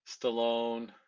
Stallone